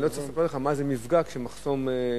אני לא צריך לספר לך מה זה מפגע כשמחסום ננטש.